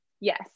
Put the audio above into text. Yes